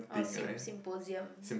oh sym~ symposium